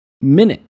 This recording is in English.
minute